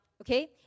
Okay